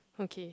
okay